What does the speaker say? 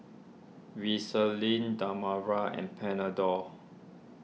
Vaselin Dermaveen and Panadol